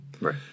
Right